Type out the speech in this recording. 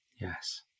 Yes